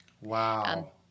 Wow